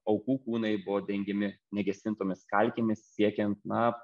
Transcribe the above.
aukų kūnai buvo dengiami negesintomis kalkėmis siekiant na